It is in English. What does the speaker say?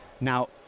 Now